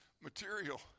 material